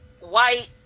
white